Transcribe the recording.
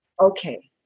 okay